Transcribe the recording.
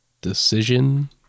Decision